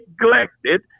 neglected